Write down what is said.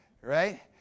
Right